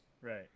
right